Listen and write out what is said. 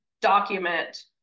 document